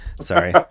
Sorry